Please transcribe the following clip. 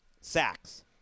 Sacks